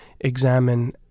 examine